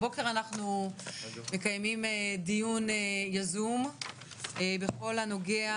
הבוקר אנחנו מקיימים דיון יזום בכל הנוגע